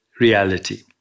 reality